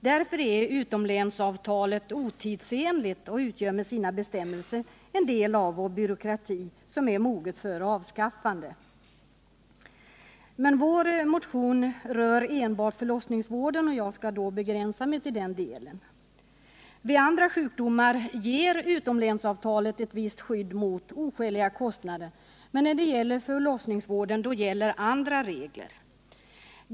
Därför är utomlänsavtalet otidsenligt och utgör med sina bestämmelser en del av vår byråkrati, som är mogen för ett avskaffande. Men vår motion rör enbart förlossningsvården, och jag skall begränsa mig till den delen. Vid andra sjukdomar ger utomlänsavtalet ett visst skydd mot oskäliga kostnader, men i fråga om förlossningsvården gäller andra regler.